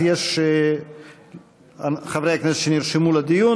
אז יש חברי הכנסת שנרשמו לדיון.